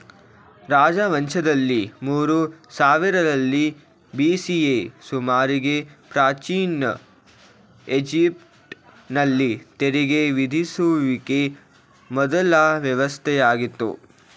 ರಾಜವಂಶದಲ್ಲಿ ಮೂರು ಸಾವಿರರಲ್ಲಿ ಬಿ.ಸಿಯ ಸುಮಾರಿಗೆ ಪ್ರಾಚೀನ ಈಜಿಪ್ಟ್ ನಲ್ಲಿ ತೆರಿಗೆ ವಿಧಿಸುವಿಕೆ ಮೊದ್ಲ ವ್ಯವಸ್ಥೆಯಾಗಿತ್ತು